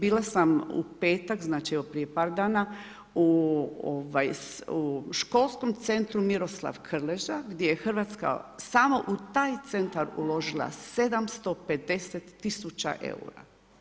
Bila sam u petak, znači evo, prije par dana u školskom centru Miroslav Krleža gdje je Hrvatska samo u taj centar uložila 750 tisuća eura.